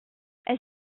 elle